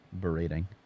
berating